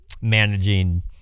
managing